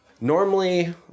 normally